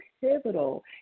pivotal